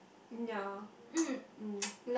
ya mm